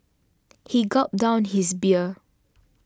he gulped down his beer